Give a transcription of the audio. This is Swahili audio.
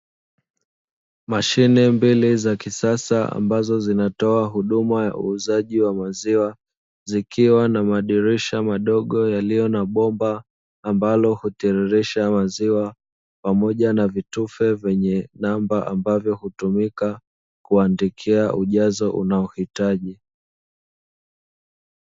Mashine mbili za kisasa, ambazo zinatoa huduma ya maziwa, zikiwa na madirisha madogo yaliyo na bomba ambalo hutiririsha maziwa pamoja na vitufe vyenye namba ambavyo hutumika kuandikia ujazo unaouhitaji.